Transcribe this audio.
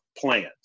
Plans